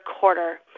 quarter